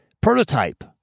Prototype